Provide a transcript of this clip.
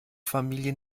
familie